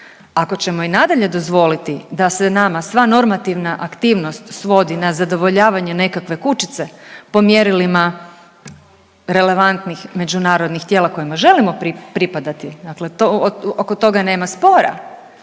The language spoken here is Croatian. Ako ćemo i nadalje dozvoliti da se nama sva normativna aktivnost svodi na zadovoljavanje nekakve kućice po mjerilima relevantnih međunarodnih tijela kojima želimo pripadati, dakle oko toga nema spora.